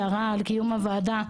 יערה על קיום הוועדה.